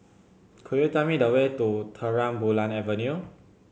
could you tell me the way to Terang Bulan Avenue